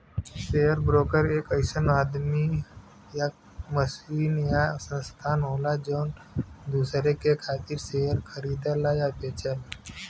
share broker एक अइसन आदमी या कंपनी या संस्थान होला जौन दूसरे के खातिर शेयर खरीदला या बेचला